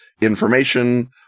information